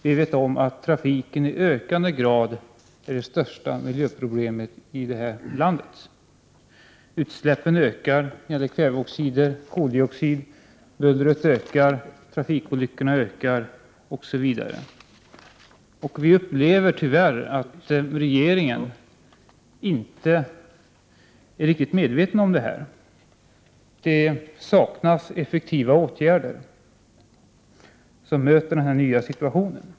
Vi vet att trafiken i ökande grad är det största miljöproblemet här i landet. Utsläppen ökar — det gäller kväveoxider och koldioxid. Bullret ökar, trafikolyckorna ökar osv. Vi upplever tyvärr att regeringen inte är riktigt medveten om detta. Det saknas effektiva åtgärder som möter denna nya situation.